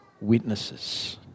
Witnesses